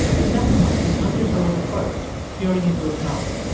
a second monkey hunches over the first, peering into its mouth.